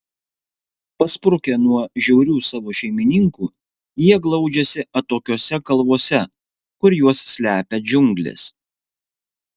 pasprukę nuo žiaurių savo šeimininkų jie glaudžiasi atokiose kalvose kur juos slepia džiunglės